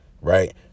right